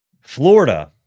Florida